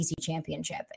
championship